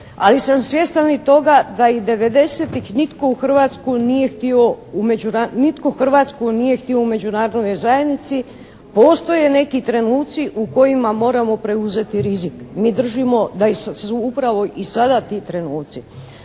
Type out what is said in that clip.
ali sam svjestan i toga da i '90.-tih nitko Hrvatsku nije htio u međunarodnoj zajednici. Postoje neki trenuci u kojima moramo preuzeti rizik. Mi držimo da su i upravo sada ti trenuci.